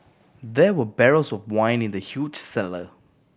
there were barrels of wine in the huge cellar